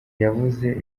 yavuze